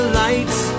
lights